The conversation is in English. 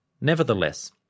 Nevertheless